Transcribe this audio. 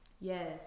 yes